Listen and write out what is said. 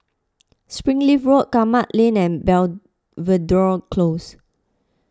Springleaf Road Kramat Lane and Belvedere Close